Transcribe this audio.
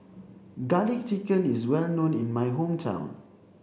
garlic chicken is well known in my hometown